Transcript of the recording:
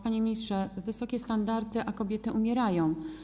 Panie ministrze, wysokie standardy, a kobiety umierają.